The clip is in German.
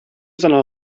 seiner